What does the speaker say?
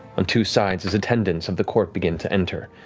on two sides, as attendants of the court begin to enter.